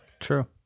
true